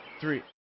three